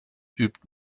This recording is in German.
übt